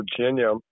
virginia